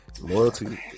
loyalty